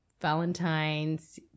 Valentine's –